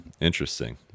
Interesting